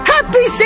Happy